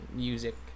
music